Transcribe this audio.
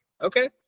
Okay